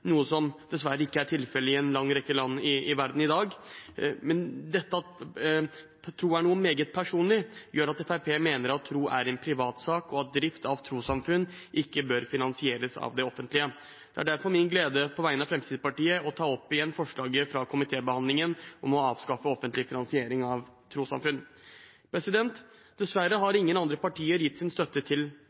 noe som dessverre ikke er tilfellet i en lang rekke land i verden i dag – gjør at Fremskrittspartiet mener at tro er en privatsak, og at drift av trossamfunn ikke bør finansieres av det offentlige. Det er derfor en glede på vegne av Fremskrittspartiet å ta opp forslaget fra komitébehandlingen om å avskaffe offentlig finansiering av trossamfunn. Dessverre har ingen andre partier gitt sin støtte til